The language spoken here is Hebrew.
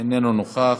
אינו נוכח,